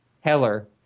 Heller